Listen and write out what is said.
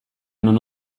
non